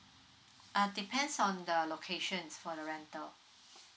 uh depends on the locations for the rental